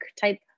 type